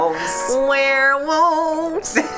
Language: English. Werewolves